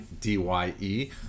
D-Y-E